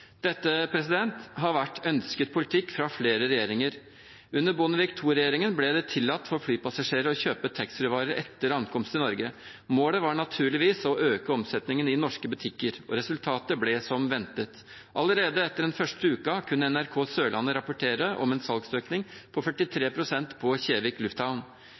har vært ønsket politikk fra flere regjeringer. Under Bondevik II-regjeringen ble det tillatt for flypassasjerer å kjøpe taxfree-varer etter ankomst i Norge. Målet var naturligvis å øke omsetningen i norske butikker. Og resultatet ble som ventet. Allerede etter den første uken kunne NRK Sørlandet rapportere om en salgsøkning på 43 pst. på Kristiansand lufthavn,